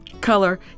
color